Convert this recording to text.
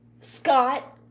Scott